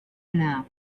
banal